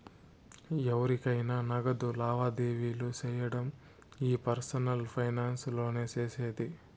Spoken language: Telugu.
ఎవురికైనా నగదు లావాదేవీలు సేయడం ఈ పర్సనల్ ఫైనాన్స్ లోనే సేసేది